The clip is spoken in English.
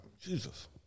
Jesus